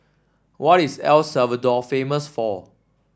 what is El Salvador famous for